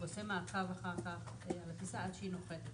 עושה מעקב אחר כך על הטיסה עד שהיא נוחתת.